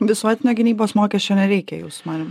visuotinio gynybos mokesčio nereikia jūsų manymu